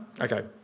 Okay